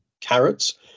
carrots